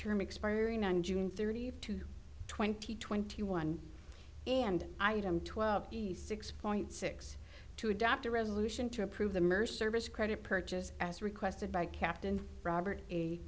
term expiring on june thirtieth to twenty twenty one and i am twelve e's six point six two adopt a resolution to approve the merced service credit purchase as requested by captain robert a